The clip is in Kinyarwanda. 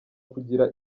kugira